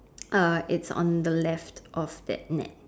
uh it's on the left of that net